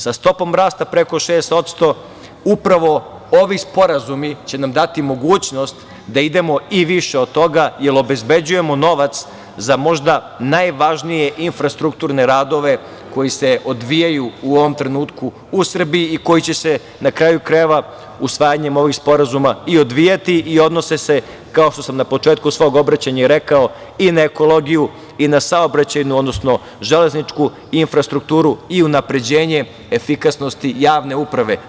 Sa stopom rasta preko 6% upravo ovi sporazumi će nam dati mogućnost da idemo i više od toga, jer obezbeđujemo novac za možda najvažnije infrastrukturne radove koji se odvijaju u ovom trenutku u Srbiji i koji će se, na karaju krajeva, usvajanjem ovih sporazuma i odvijati i odnose se, kao što sam na početku svog obraćanja i rekao, i na ekologiju i na saobraćajnu, odnosno železničku infrastrukturu i unapređenje efikasnosti javne uprave.